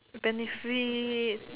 benefits